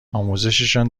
آموزششان